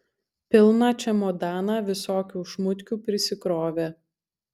pilną čemodaną visokių šmutkių prisikrovė